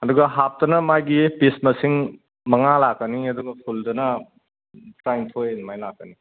ꯑꯗꯨꯒ ꯍꯥꯞꯇꯅ ꯃꯥꯒꯤ ꯄꯤꯁ ꯃꯁꯤꯡ ꯃꯉꯥ ꯂꯥꯛꯀꯅꯤ ꯑꯗꯨꯒ ꯐꯨꯜꯗꯅ ꯇꯔꯥꯅꯤꯊꯣꯏ ꯑꯗꯨꯃꯥꯏ ꯂꯥꯛꯀꯅꯤ